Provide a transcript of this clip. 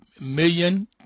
million